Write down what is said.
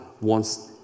wants